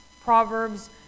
Proverbs